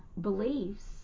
beliefs